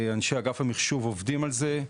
אנשי אגף המחשוב עובדים על זה,